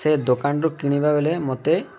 ସେ ଦୋକାନରୁୁ କିଣିବା ବେଲେ ମୋତେ